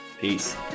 Peace